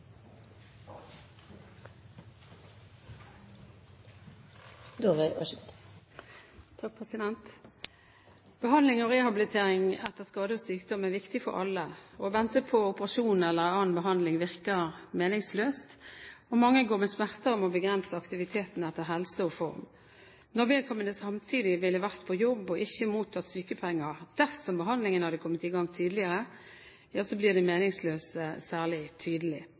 Behandling og rehabilitering etter skade og sykdom er viktig for alle. Å vente på operasjon eller annen behandling virker meningsløst. Mange går med smerter og må begrense aktiviteten etter helse og form. Når vedkommende samtidig ville vært på jobb og ikke mottatt sykepenger dersom behandlingen hadde kommet i gang tidligere, blir det meningsløse særlig tydelig.